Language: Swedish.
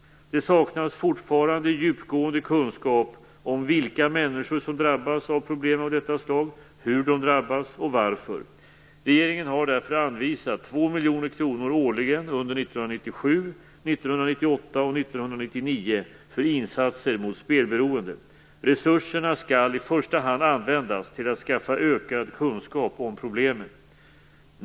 Det saknas fortfarande djupgående kunskap om vilka människor som drabbas av problem av detta slag, hur de drabbas och varför. Regeringen har därför anvisat 2 miljoner kronor årligen under 1997, 1998 och 1999 för insatser mot spelberoende. Resurserna skall i första hand användas till att skaffa ökad kunskap om problemen.